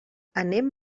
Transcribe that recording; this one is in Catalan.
anem